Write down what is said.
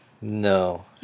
No